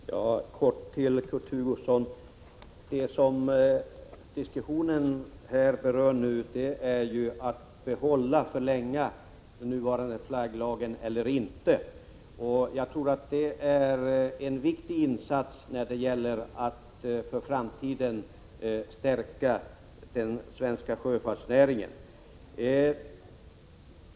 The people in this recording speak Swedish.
Fru talman! Jag vill kortfattat till Kurt Hugosson säga att det som diskussionen handlar om är om man skall förlänga den nuvarande flagglagen eller inte. Ett borttagande av denna flagglag tror jag vore en viktig insats när det gäller att för framtiden stärka den svenska sjöfartsnäringen.